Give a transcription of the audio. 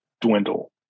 dwindle